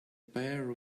pair